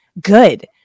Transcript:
good